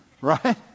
Right